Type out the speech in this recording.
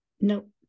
Nope